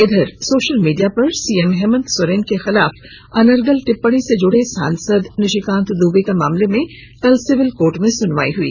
इधर social media पर CM Hemant Soren के खिलाफ अनर्गल टिप्पणी से जुड़े सांसद निशिकांत दुबे के मामले में कल सिविल कोर्ट में सुनवाई हई